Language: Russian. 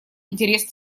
интерес